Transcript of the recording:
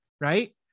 right